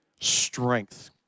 strength